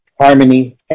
harmony